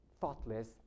thoughtless